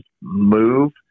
move